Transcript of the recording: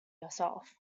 yourself